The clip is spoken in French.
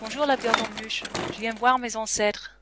bonjour la burgonmuche je viens voir mes ancêtres